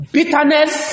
Bitterness